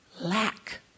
Lack